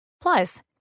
Plus